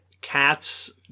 Cats